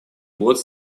год